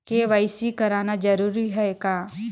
KYC कराना जरूरी है का?